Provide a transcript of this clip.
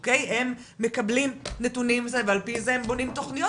כי הם מקבלים נתונים ועל פי זה הם בונים תוכניות.